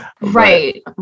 Right